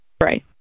Right